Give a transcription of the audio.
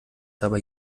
dabei